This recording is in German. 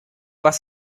was